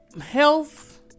health